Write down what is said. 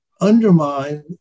undermine